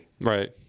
right